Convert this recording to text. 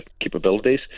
Capabilities